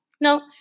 No